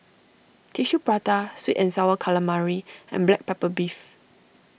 Tissue Prata Sweet and Sour Calamari and Black Pepper Beef